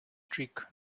streak